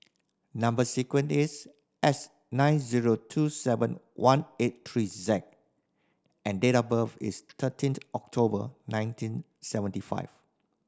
number sequence is S nine zero two seven one eight three Z and date of birth is thirteenth October nineteen seventy five